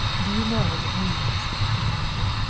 do you know what it means? he demanded.